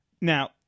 now